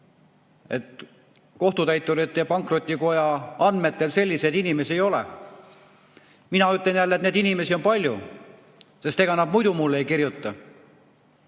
Kohtutäiturite ja Pankrotihaldurite Koja andmetel selliseid inimesi ei ole. Mina ütlen jälle, et neid inimesi on palju, sest ega nad muidu mulle ei kirjutaks.